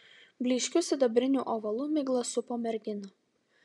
blyškiu sidabriniu ovalu migla supo merginą